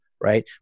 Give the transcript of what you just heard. right